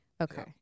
Okay